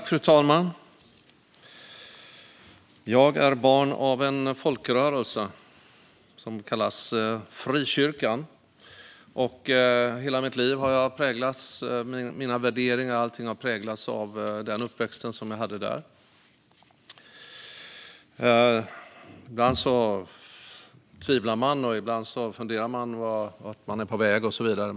Fru talman! Jag är barn av en folkrörelse som kallas frikyrkan. Under hela mitt liv har mina värderingar och annat präglats av den uppväxt som jag hade där. Ibland tvivlar man, ibland funderar man på vart man är på väg och så vidare.